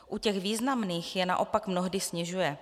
U těch významných je naopak mnohdy snižuje.